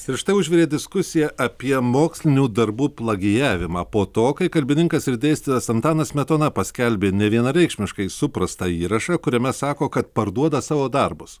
ir štai užvirė diskusija apie mokslinių darbų plagijavimą po to kai kalbininkas ir dėstytojas antanas smetona paskelbė nevienareikšmiškai suprastą įrašą kuriame sako kad parduoda savo darbus